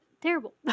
terrible